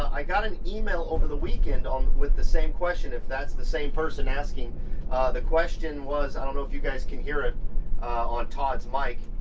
i got an email over the weekend on with the same question. if that's the same person asking the question. it was, i don't know if you guys can hear it on todd's mic,